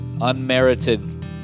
unmerited